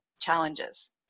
challenges